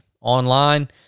online